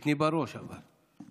תני בראש, אבל.